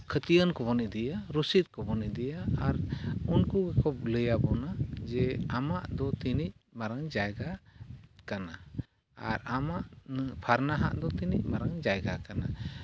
ᱠᱷᱚᱛᱤᱭᱟᱱ ᱠᱚᱵᱚᱱ ᱤᱫᱤᱭᱟ ᱨᱚᱥᱤᱫ ᱠᱚᱵᱚᱱ ᱤᱫᱤᱭᱟ ᱟᱨ ᱩᱱᱠᱩ ᱜᱮᱠᱚ ᱞᱟᱹᱭᱟᱵᱚᱱᱟ ᱡᱮ ᱟᱢᱟᱜ ᱫᱚ ᱛᱤᱱᱟᱹᱜ ᱢᱟᱨᱟᱝ ᱡᱟᱭᱜᱟ ᱠᱟᱱᱟ ᱟᱨ ᱟᱢᱟᱜ ᱯᱷᱟᱨᱱᱟᱣᱟᱜ ᱫᱚ ᱛᱤᱱᱟᱹᱜ ᱢᱟᱨᱟᱝ ᱡᱟᱭᱜᱟ ᱠᱟᱱᱟ